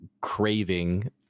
craving